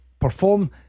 Perform